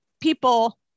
people